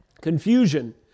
confusion